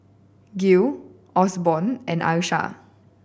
Gil Osborn and Alysha